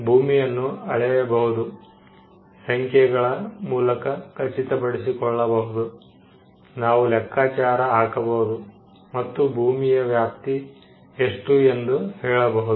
ಭೂಮಿಯನ್ನು ಅಳೆಯಬಹುದು ಸಂಖ್ಯೆಗಳ ಮೂಲಕ ಖಚಿತಪಡಿಸಿಕೊಳ್ಳಬಹುದು ನಾವು ಲೆಕ್ಕಚಾರ ಹಾಕಬಹುದು ಮತ್ತು ಭೂಮಿಯ ವ್ಯಾಪ್ತಿ ಎಷ್ಟು ಎಂದು ಹೇಳಬಹುದು